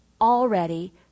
already